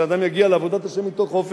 שאדם יגיע לעבודת השם מתוך חופש.